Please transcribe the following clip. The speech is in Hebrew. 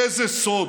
איזה סוד.